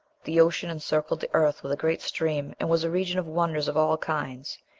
the ocean encircled the earth with a great stream, and was a region of wonders of all kinds.